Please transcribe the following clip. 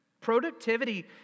Productivity